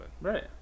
Right